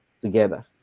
together